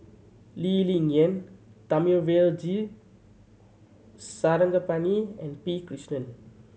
Lee Ling Yen Thamizhavel G Sarangapani and P Krishnan